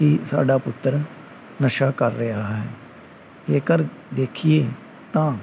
ਕਿ ਸਾਡਾ ਪੁੱਤਰ ਨਸ਼ਾ ਕਰ ਰਿਹਾ ਹੈ ਜੇਕਰ ਦੇਖੀਏ ਤਾਂ